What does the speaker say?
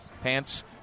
Pants